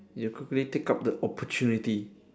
you quickly take up the opportunity